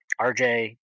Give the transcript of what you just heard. RJ